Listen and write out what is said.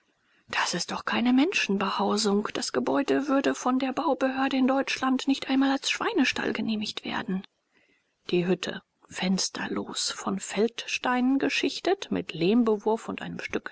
das ist doch keine menschenbehausung das gebäude würde von der baubehörde in deutschland nicht einmal als schweinestall genehmigt werden die hütte fensterlos von feldsteinen geschichtet mit lehmbewurf und einem stück